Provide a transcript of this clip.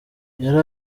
yari